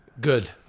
good